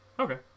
Okay